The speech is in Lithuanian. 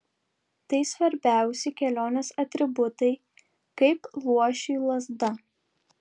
tai svarbiausi kelionės atributai kaip luošiui lazda